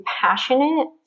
passionate